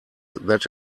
that